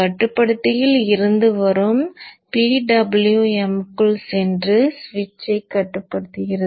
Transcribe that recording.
கட்டுப்படுத்தியில் இருந்து வருவது PWM க்குள் சென்று சுவிட்சைக் கட்டுப்படுத்துகிறது